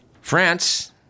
France